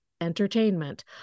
entertainment